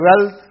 wealth